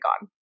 gone